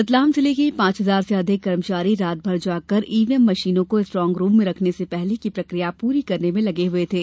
रतलाम जिले के पांच हजार से अधिक कर्मचारी रात भर जाग कर ईवीएम मशीनों को स्ट्रांग रुम में रखने से पहले की प्रक्रिया पूरी करने की मशक्कत में लगे हुए थे